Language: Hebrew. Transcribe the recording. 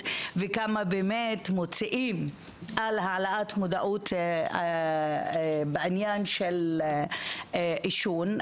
וכמה באמת מוציאים על העלאת מודעות בעניין של עישון,